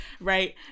right